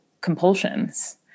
compulsions